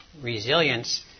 resilience